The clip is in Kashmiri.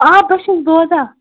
آ بہٕ چھَس بوزان